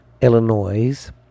Illinois